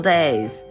Days